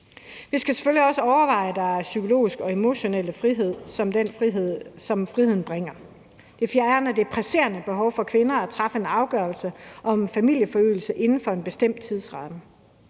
Vi skal selvfølgelig også overveje den psykologiske og emotionelle frihed, som forslaget bringer ind; det fjerner det presserende behov for kvinder for at træffe en afgørelse om familieforøgelse inden for en bestemt tidsramme.